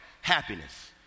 happiness